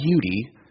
beauty